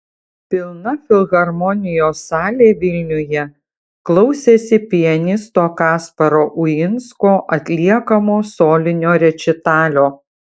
pilna filharmonijos salė vilniuje klausėsi pianisto kasparo uinsko atliekamo solinio rečitalio